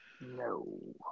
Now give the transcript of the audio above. No